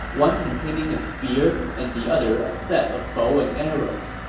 one containing a spear and the other a set of bow and arrows.